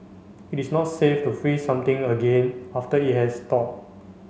it is not safe to freeze something again after it has thaw